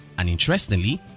and interestingly,